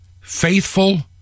faithful